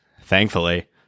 Thankfully